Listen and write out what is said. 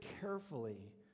carefully